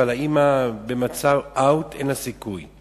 אבל האמא במצב שאין לה הרבה סיכוי.